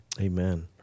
Amen